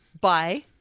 Bye